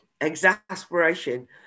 exasperation